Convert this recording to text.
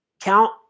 Count